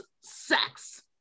sex